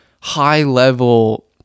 high-level